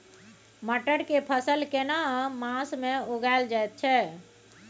मटर के फसल केना मास में उगायल जायत छै?